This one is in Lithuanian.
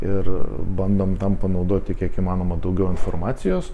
ir bandom tam panaudoti kiek įmanoma daugiau informacijos